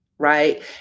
right